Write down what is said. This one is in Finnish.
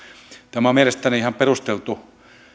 tämä on mielestäni ihan perusteltu